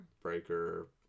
breaker